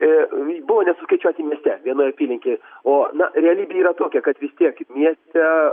buvo nesuskaičiuoti mieste vienoj apylinkėj o na realybė yra tokia kad vis tiek mieste